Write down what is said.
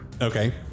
Okay